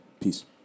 Peace